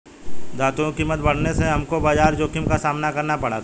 धातुओं की कीमत बढ़ने से हमको बाजार जोखिम का सामना करना पड़ा था